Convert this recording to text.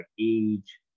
age